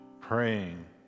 praying